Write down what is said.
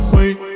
Wait